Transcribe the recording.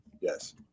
Yes